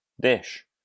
dish